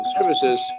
services